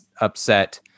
upset